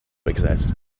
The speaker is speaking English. exist